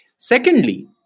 secondly